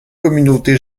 communauté